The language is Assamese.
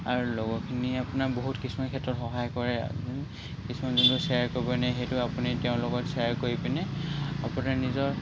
আৰু লগৰখিনিয়ে আপোনাৰ বহুত কিছুমান ক্ষেত্ৰত সহায় কৰে কিছুমান যোনবোৰ শ্বেয়াৰ কৰিব নোৱাৰি সেইটো আপুনি তেওঁৰ লগত শ্বেয়াৰ কৰি পিনে আপোনাৰ নিজৰ